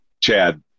Chad